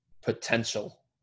potential